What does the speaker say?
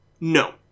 No